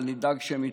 אבל נדאג שהן יתקיימו.